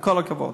עם כל הכבוד.